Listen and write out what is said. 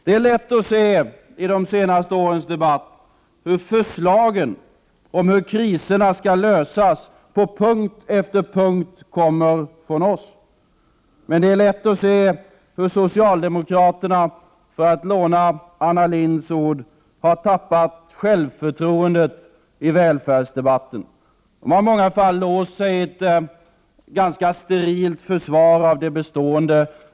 Det är lätt att se i de senaste årens debatter hur förslag om hur kriserna skall lösas på punkt efter punkt kommer från oss. Det är lätt att se hur socialdemokraterna — för att låna Anna Lindhs ord — har tappat självförtroendet när det gäller välfärdsdebatten. De har i många fall låst sig i ett ganska sterilt försvar av det bestående.